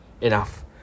enough